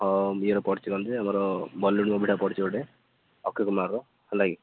ହଁ ପଡ଼ିଛି କଣ ଯେ ଆମର ବଲିଉଡ଼୍ ମୁଭିଟା ପଡ଼ିଛି ଗୋଟେ ଅକ୍ଷୟ କୁମାରର ହେଲାକି